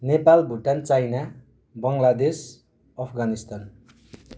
Nepal Bhutan China Bangladesh Afghanistan